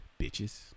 bitches